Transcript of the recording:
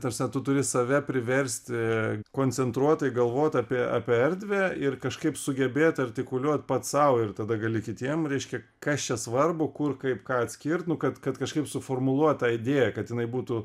ta prasme tu turi save priversti koncentruotai galvot apie apie erdvę ir kažkaip sugebėt artikuliuot pats sau ir tada gali kitiem reiškia kas čia svarbu kur kaip ką atskirt nu kad kad kažkaip suformuluot tą idėją kad jinai būtų